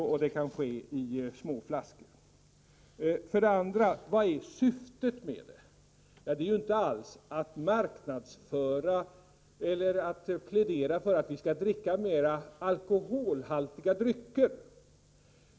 Provsmakning kan ske genom försäljning av små flaskor. För det tredje: Vilket är syftet med provsmakningen? Ja, det är inte allsa att marknadsföra eller att plädera för att vi skall dricka mer alkolhaltiga drycker.